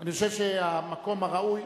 אני חושב שהמקום הראוי,